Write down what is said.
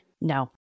No